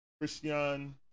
Christian